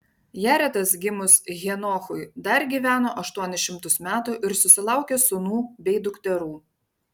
jaretas gimus henochui dar gyveno aštuonis šimtus metų ir susilaukė sūnų bei dukterų